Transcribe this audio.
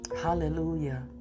Hallelujah